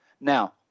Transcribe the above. Now